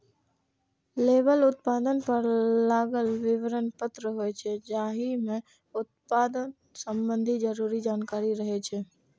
label उत्पाद पर लागल विवरण पत्र होइ छै, जाहि मे उत्पाद संबंधी जरूरी जानकारी रहै छै